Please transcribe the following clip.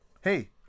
Hey